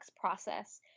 process